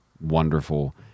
wonderful